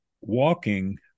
walking